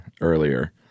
earlier